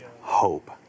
hope